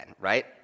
right